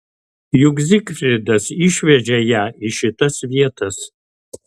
juk zigfridas išvežė ją į šitas vietas